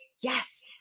yes